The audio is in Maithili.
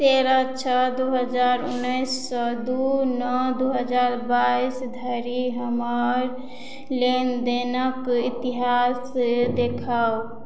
तेरह छओ दू हजार उन्नैससँ दू नओ दू हजार बाइस धरि हमर लेनदेनक इतिहास देखाउ